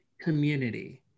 community